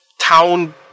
town